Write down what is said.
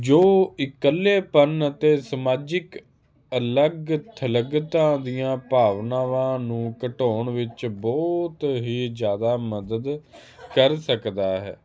ਜੋ ਇਕੱਲੇਪਨ ਅਤੇ ਸਮਾਜਿਕ ਅਲੱਗ ਥਲਗਤਾਂ ਦੀਆਂ ਭਾਵਨਾਵਾਂ ਨੂੰ ਘਟਾਉਣ ਵਿੱਚ ਬਹੁਤ ਹੀ ਜਿਆਦਾ ਮਦਦ ਕਰ ਸਕਦਾ ਹੈ